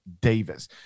Davis